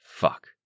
Fuck